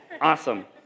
Awesome